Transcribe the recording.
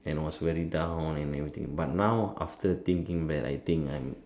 and I was very down and everything but now after thinking back I think